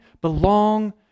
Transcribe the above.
belong